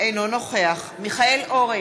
אינו נוכח מיכאל אורן,